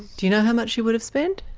do you know how much you would have spent?